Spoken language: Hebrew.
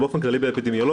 באופן כללי באפידמיולוגיה,